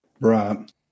right